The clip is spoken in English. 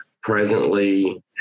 presently